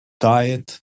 Diet